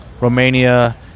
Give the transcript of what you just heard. Romania